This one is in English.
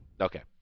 Okay